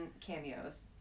cameos